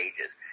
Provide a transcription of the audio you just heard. ages